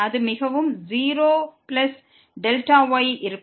அதனால் 0Δy இருக்கும்